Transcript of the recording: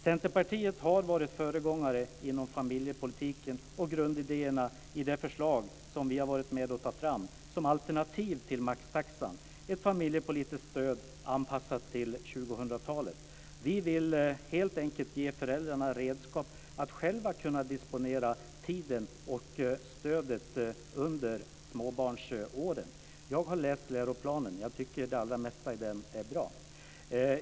Centerpartiet har varit föregångare inom familjepolitiken, och grundidén i det förslag som vi har varit med om att ta fram som alternativ till maxtaxan är ett familjepolitiskt stöd anpassat till 2000-talet. Vi vill helt enkelt ge föräldrarna redskap för att själva kunna disponera tiden och stödet under småbarnsåren. Jag har läst läroplanen. Jag tycker att det allra mesta i den är bra.